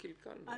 רק קלקלנו.